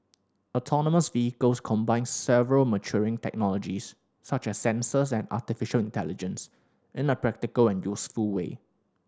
autonomous vehicles combine several maturing technologies such as sensors and artificial intelligence in a practical and useful way